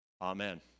Amen